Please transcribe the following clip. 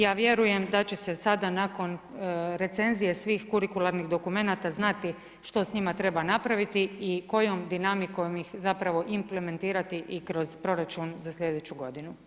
Ja vjerujem da će se sada nakon recenzijice svih karikiranih dokumenata znati što s njima treba napraviti i kojom dinamikom ih zapravo implementirati i kroz proračun za sljedeću godinu.